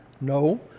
no